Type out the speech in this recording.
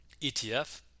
ETF